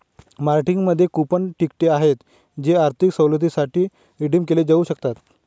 मार्केटिंगमध्ये कूपन तिकिटे आहेत जी आर्थिक सवलतींसाठी रिडीम केली जाऊ शकतात